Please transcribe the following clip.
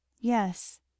Yes